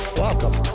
welcome